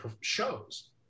shows